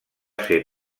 ser